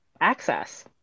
access